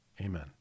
Amen